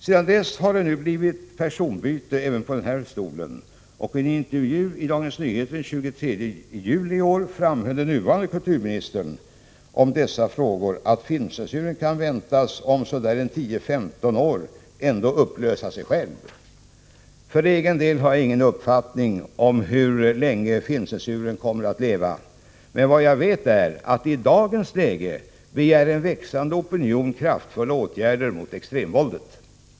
Sedan dess har det blivit personbyte även på denna stol och i en intervju i Dagens Nyheter den 23 juli i år framhöll den nuvarande kulturministern om dessa frågor att filmcensuren kan väntas ”om så där 10-15 år ändå upplösa sig själv”. För egen del har jag ingen uppfattning om hur länge filmcensuren kommer att leva, men vad vi vet är att i dagens läge begär en växande opinion kraftfulla åtgärder mot extremvåldet.